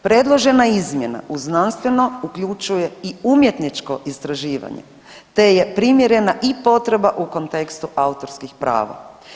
Predložena izmjena u znanstveno uključuje i umjetničko istraživanje, te je primjerena i potreba u kontekstu autorskih prava.